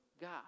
God